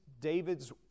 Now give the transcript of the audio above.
David's